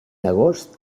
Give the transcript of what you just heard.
agost